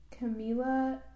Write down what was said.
Camila